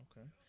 okay